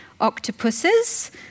octopuses